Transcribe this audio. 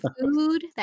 food